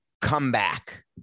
comeback